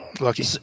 Lucky